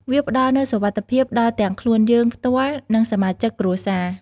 វាផ្តល់នូវសុវត្ថិភាពដល់ទាំងខ្លួនយើងផ្ទាល់ និងសមាជិកគ្រួសារ។